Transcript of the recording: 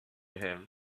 him